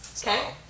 Okay